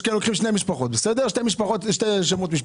יש כאלה שלוקחים שני שמות משפחה.